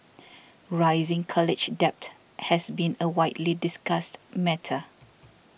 rising college debt has been a widely discussed matter